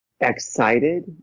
Excited